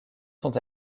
sont